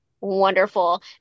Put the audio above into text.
wonderful